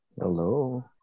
Hello